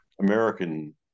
American